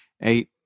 eight